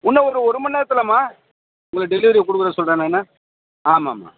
இன்னும் ஒரு ஒரு மணிநேரத்துலம்மா உங்களுக்கு டெலிவரி கொடுக்குறேன் நான் ஆமாம்மா